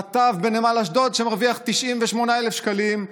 נתב בנמל אשדוד שמרוויח 98,000 שקלים,